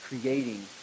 creating